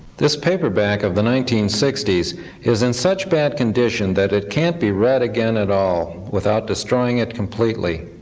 this paperback of the nineteen sixty s is in such bad condition that it can't be read again at all without destroying it completely.